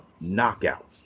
Knockout